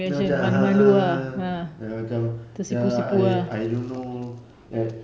dia macam ya macam I I don't know that